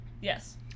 Yes